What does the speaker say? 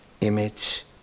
image